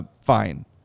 fine